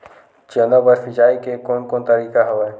चना बर सिंचाई के कोन कोन तरीका हवय?